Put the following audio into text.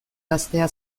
gaztea